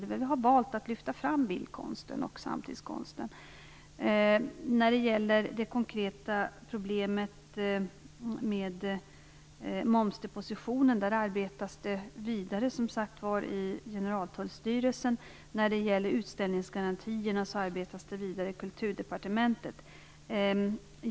Vi har där valt att lyfta fram bildkonsten och samtidskonsten. När det gäller det konkreta problemet med momsdepositionen arbetas det vidare i Generaltullstyrelsen, som sagt var. När det gäller utställningsgarantierna arbetas det vidare i Kulturdepartementet.